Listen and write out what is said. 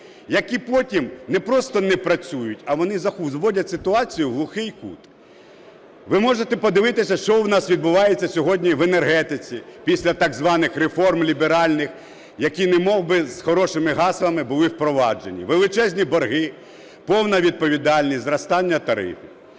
які потім не просто не працюють, а вони зводять ситуацію у глухий кут. Ви можете подивитися, що у нас відбувається сьогодні в енергетиці після так званих реформ ліберальних, які немовби з хорошими гаслами були впроваджені: величезні борги, повна відповідальність, зростання тарифів.